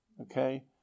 Okay